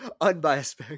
unbiased